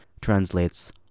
translates